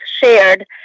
shared